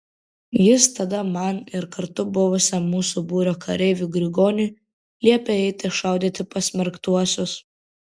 jis tada man ir kartu buvusiam mūsų būrio kareiviui grigoniui liepė eiti šaudyti pasmerktuosius